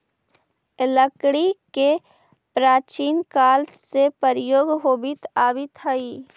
लकड़ी के प्राचीन काल से प्रयोग होवित आवित हइ